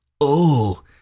Oh